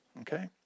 okay